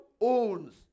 owns